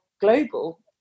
global